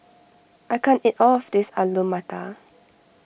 I can't eat all of this Alu Matar